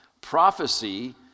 Prophecy